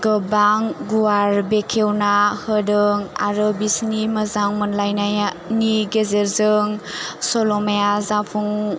गोबां गुवार बेखेवना होदों आरो बिसिनि मोजां मोनलायनायानि गेजेरजों सल'माया जाफुं